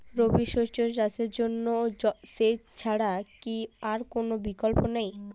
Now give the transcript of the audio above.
রবি শস্য চাষের জন্য সেচ ছাড়া কি আর কোন বিকল্প নেই?